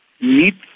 need